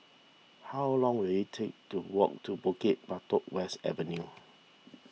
how long will it take to walk to Bukit Batok West Avenue